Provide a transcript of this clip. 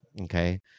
okay